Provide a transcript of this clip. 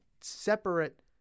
separate